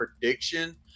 prediction